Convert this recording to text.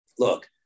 look